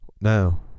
No